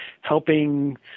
helping